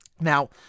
Now